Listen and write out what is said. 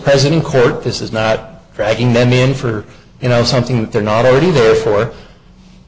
present in court this is not dragging them in for you know something that they're not already there for